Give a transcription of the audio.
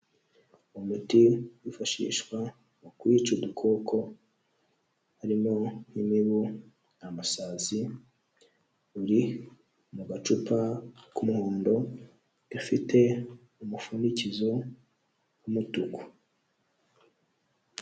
Umuti wifashishwa mu kwica udukoko harimo nk'imibu, amasazi, uri mu gacupa k'umuhondo gafite umufunikizo w'umutuku.